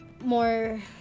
more